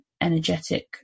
energetic